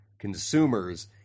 consumers